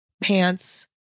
Pants